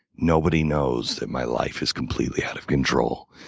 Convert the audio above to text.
nobody knows that my life is completely out of control.